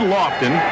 Lofton